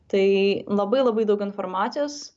tai labai labai daug informacijos